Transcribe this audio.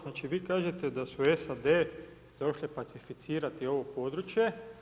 Znači, vi kažete da su SAD došle pacificirati ovo područje.